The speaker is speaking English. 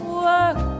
work